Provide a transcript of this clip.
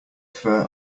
fur